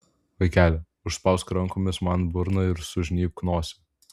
vaikeli užspausk rankomis man burną ir sužnybk nosį